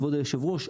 כבוד היושב ראש,